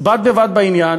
בד בבד בעניין,